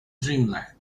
dreamland